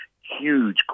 huge